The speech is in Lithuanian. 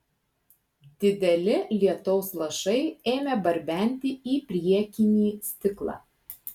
dideli lietaus lašai ėmė barbenti į priekinį stiklą